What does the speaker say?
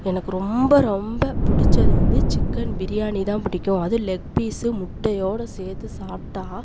எனக்கு ரொம்ப ரொம்ப பிடிச்சது வந்து சிக்கன் பிரியாணி தான் பிடிக்கும் அதுவும் லெக் பீஸ் முட்டையோட சேர்த்து சாப்பிட்டா